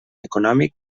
econòmic